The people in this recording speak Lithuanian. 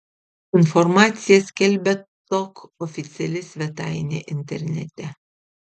informaciją skelbia tok oficiali svetainė internete